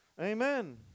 Amen